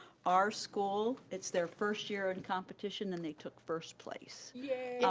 our school, it's their first year in competition and they took first place. yeah